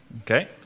Okay